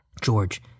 George